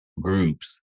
groups